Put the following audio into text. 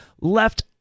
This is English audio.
left